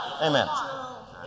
Amen